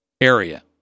area